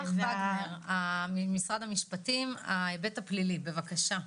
לילך וגנר, משרד המשפטים, ההיבט הפלילי, בבקשה.